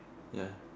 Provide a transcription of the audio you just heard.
ya